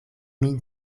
min